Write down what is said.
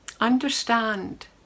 Understand